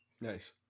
Nice